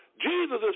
Jesus